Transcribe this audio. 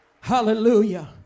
Hallelujah